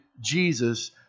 Jesus